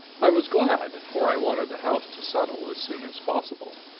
i was glad, for i wanted the house to settle as soon as possible.